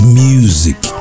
music